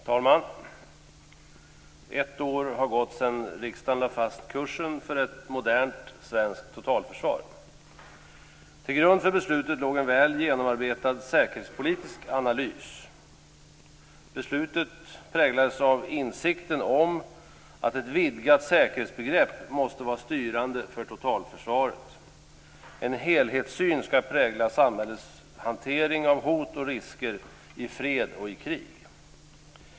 Herr talman! Ett år har gått sedan riksdagen lade fast kursen för ett modernt svenskt totalförsvar. Till grund för beslutet låg en väl genomarbetad säkerhetspolitisk analys. Beslutet präglades av insikten att ett vidgat säkerhetsbegrepp måste vara styrande för totalförsvaret. En helhetssyn skall prägla samhällets hantering av hot och risker i fred och i krig.